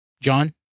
John